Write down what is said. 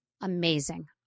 amazing